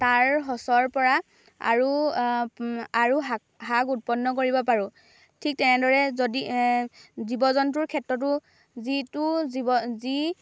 তাৰ সঁচৰ পৰা আৰু আৰু শাক শাক উৎপন্ন কৰিব পাৰোঁ ঠিক তেনেদৰে যদি জীৱ জন্তুৰ ক্ষেত্ৰতো যিটো জীৱ যি